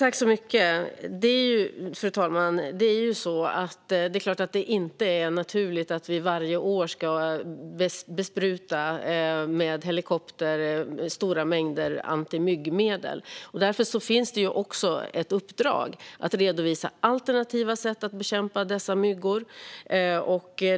Fru talman! Det är klart att det inte är naturligt att vi varje år ska bespruta från helikopter med stora mängder antimyggmedel. Därför finns det ett uppdrag att redovisa alternativa sätt att bekämpa dessa myggor.